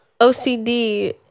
OCD